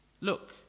look